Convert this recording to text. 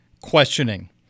questioning